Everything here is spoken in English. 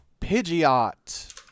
Pidgeot